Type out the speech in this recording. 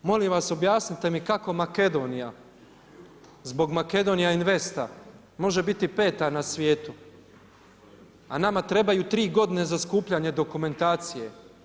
Molim vas objasnite mi kako Makedonija, zbog Macedonia Investa može biti peta na svijetu a nama trebaju tri godine za skupljanje dokumentacije?